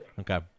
Okay